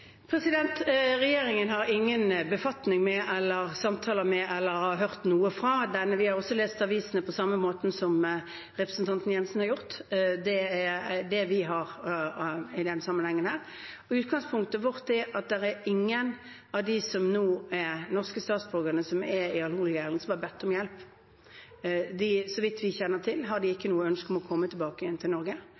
Regjeringen har ingen befatning med dette, ingen samtaler om dette og har heller ikke hørt noe fra disse. Vi har også lest avisene, på samme måten som representanten Jensen har gjort. Det er det vi har gjort i denne sammenhengen. Utgangspunktet vårt er at det er ingen av de norske statsborgerne som nå er i Al Hol-leiren, som har bedt om hjelp. Så vidt vi kjenner til, har de ikke noe ønske om å komme tilbake til Norge.